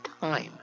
time